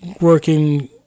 working